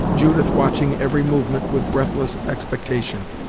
judith watching every movement with breathless expectation,